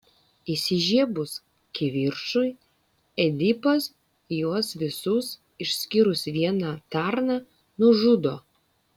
įsižiebus kivirčui edipas juos visus išskyrus vieną tarną nužudo